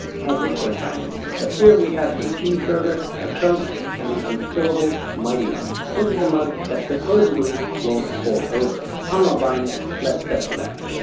how's this for a tie-in? so here we have a cheeseburger, a coke and the un-spillable mighty mug. this is the mug that supposedly won't fall over. i'm not buyin' it, let's test it out.